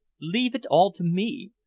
leave it all to me.